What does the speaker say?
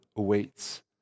awaits